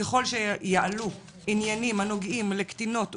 ככל שיעלו עניינים הנוגעים לקטינות וקטינים,